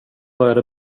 började